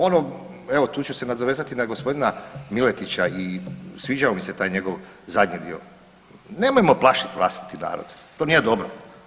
Ono, evo tu ću se nadovezati na gospodina Miletića i sviđao mi se taj njegov zadnji dio, nemojmo plašiti vlastiti narod to nije dobro.